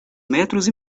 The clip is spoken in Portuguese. metros